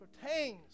pertains